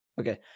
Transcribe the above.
Okay